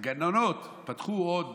הגננות, פתחו עוד